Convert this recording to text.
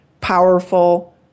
powerful